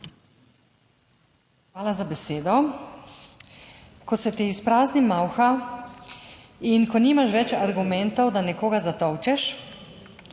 Hvala za besedo. Ko se ti izprazni malha in ko nimaš več argumentov, da nekoga zatolčeš,